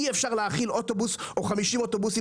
אי אפשר להאכיל אוטובוס או 50 אוטובוסים